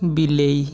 ବିଲେଇ